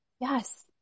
Yes